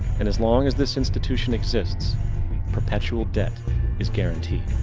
and as long as this institution exists perpetual debt is guaranteed.